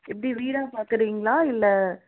எப்படி வீடாக பார்க்குறிங்களா இல்லை